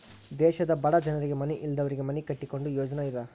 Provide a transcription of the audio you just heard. ದೇಶದ ಬಡ ಜನರಿಗೆ ಮನಿ ಇಲ್ಲದವರಿಗೆ ಮನಿ ಕಟ್ಟಿಕೊಡು ಯೋಜ್ನಾ ಇದ